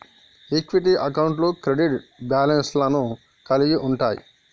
equity అకౌంట్లు credit balance లను కలిగి ఉంటయ్